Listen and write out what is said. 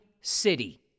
city